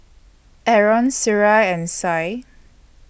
Aaron Suria and Syed